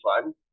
fun